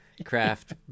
craft